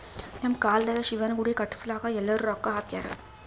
ನಮ್ ಕಾಲ್ದಾಗ ಶಿವನ ಗುಡಿ ಕಟುಸ್ಲಾಕ್ ಎಲ್ಲಾರೂ ರೊಕ್ಕಾ ಹಾಕ್ಯಾರ್